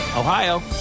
Ohio